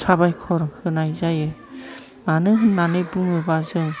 साबायखर होनाय जायो मानो होननानै बुङोबा जों